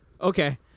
Okay